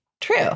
True